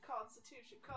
Constitution